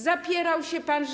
Zapierał się pan,